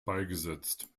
beigesetzt